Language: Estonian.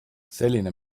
selline